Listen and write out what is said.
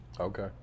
Okay